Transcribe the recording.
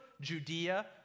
Judea